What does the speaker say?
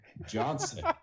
Johnson